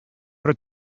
però